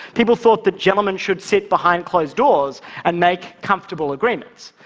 people thought that gentlemen should sit behind closed doors and make comfortable agreements.